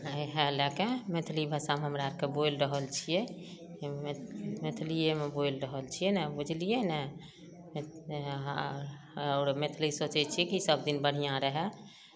ईहए लएके मैथिली भाषा हमरा आरके बोलि रहल छियै मै मैथिलीयेमे बोलि रहल छियै ने बुझलियै ने आओर मैथिली सोचै छियै कि सबदिन बढ़िऑं रहए